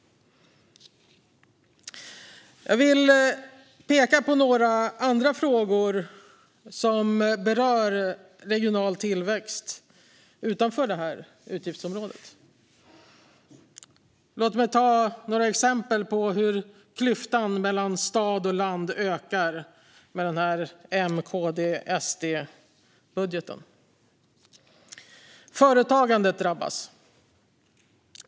Jag vill peka på några andra frågor som berör regional tillväxt utanför detta utgiftsområde. Låt mig ge några exempel på hur klyftan mellan stad och land ökar med M, KD och SD-budgeten. Företagandet drabbas.